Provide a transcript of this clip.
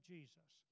Jesus